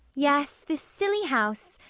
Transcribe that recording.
yes this silly house,